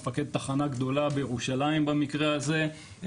מפקד תחנה גדולה בירושלים במקרה הזה,